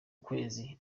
ukwezi